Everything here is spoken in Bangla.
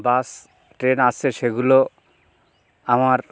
বাস ট্রেন আসে সেগুলো আমার